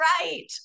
right